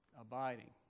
Abiding